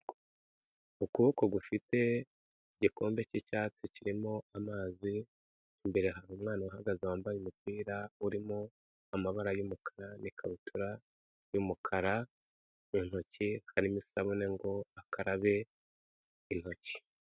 Ukuboko gufite igikombe cy'icyatsi kirimo amazi, imbere hari umwana uhagaze wambaye umupira urimo amabara y'umukara n'ikabutura y'umukara, mu ntoki harimo isabune ngo akarabe intoki.